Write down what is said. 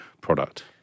product